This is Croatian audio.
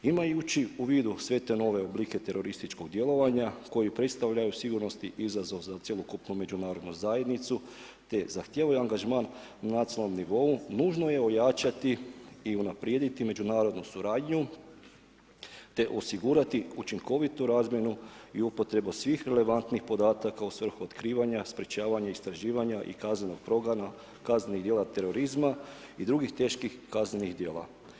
Imajući u vidu sve te nove oblike terorističkog djelovanja koji predstavljaju sigurnosni izazov za cjelokupnu međunarodnu zajednicu, te zahtijevaju angažman na nacionalnom nivou, nužno je ojačati i unaprijediti međunarodnu suradnju, te osigurati učinkovitu razmjenu i upotrebu svih relevantnih podataka u svrhu otkrivanja, sprečavanja, istraživanja i kaznenog progona kaznenih djela terorizma i drugih teških kaznenih djela.